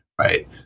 right